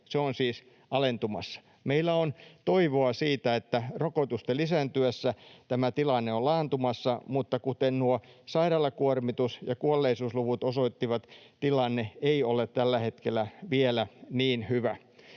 Se on siis alentumassa. Meillä on toivoa siitä, että rokotusten lisääntyessä tämä tilanne on laantumassa, mutta kuten nuo sairaalakuormitus- ja kuolleisuusluvut osoittivat, tilanne ei ole tällä hetkellä vielä niin hyvä.